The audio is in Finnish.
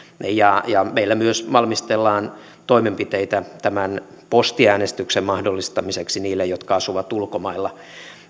ja ja meillä myös valmistellaan toimenpiteitä tämän postiäänestyksen mahdollistamiseksi niille jotka asuvat ulkomailla